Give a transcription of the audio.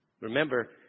Remember